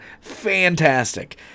Fantastic